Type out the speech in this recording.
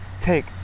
take